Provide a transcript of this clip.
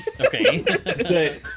okay